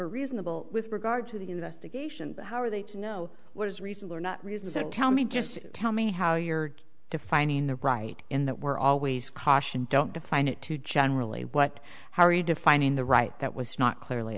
are reasonable with regard to the investigation but how are they to know what is reasonable or not reason so tell me just tell me how you're defining the right in that we're always cautioned don't define it to generally what are you defining the right that was not clearly